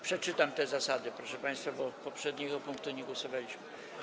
Przeczytam te zasady, proszę państwa, bo w poprzednim punkcie nie głosowaliśmy.